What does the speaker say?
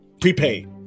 prepaid